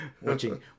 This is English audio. Watching